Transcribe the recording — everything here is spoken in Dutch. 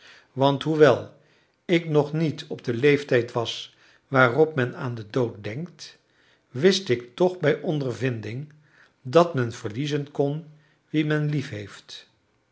want hoewel ik nog niet op den leeftijd was waarop men aan den dood denkt wist ik toch bij ondervinding dat men verliezen kon wie men